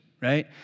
right